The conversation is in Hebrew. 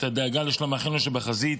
את הדאגה לשלום אחינו שבחזית